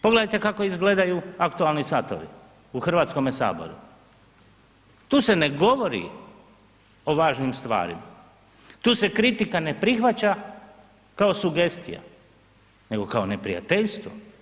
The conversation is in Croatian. Pogledajte kao izgledaju aktualni satovi u Hrvatskome saboru tu se ne govori o važnim stvarima, tu se kritika ne prihvaća kao sugestija, nego kao neprijateljstvo.